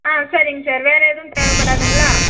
ஆ சரிங்க சார் வேறு ஏதும் தேவைப்படாதுங்களா